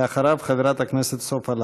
ואחריו, חברת הכנסת סופה לנדבר.